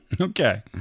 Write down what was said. okay